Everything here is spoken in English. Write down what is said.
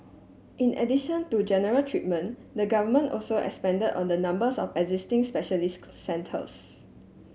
in addition to general treatment the government also expanded on the numbers of existing specialist centres